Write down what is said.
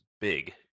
big